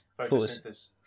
Photosynthesis